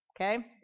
Okay